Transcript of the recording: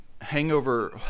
Hangover